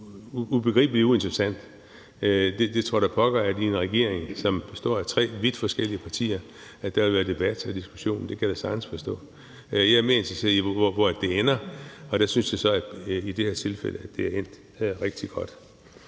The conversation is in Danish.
ubegribelig og uinteressant. Det tror da pokker, at der i en regering, som består af tre vidt forskellige partier, vil være debat og diskussion, det kan jeg da sagtens forstå. Jeg er mere interesseret i, hvor det ender, og der synes jeg i det her tilfælde, at det er endt rigtig godt.